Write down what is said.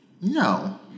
No